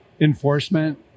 Enforcement